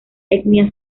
etnia